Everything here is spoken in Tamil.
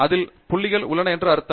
அதில் புள்ளிகள் உள்ளன என்று அர்த்தம்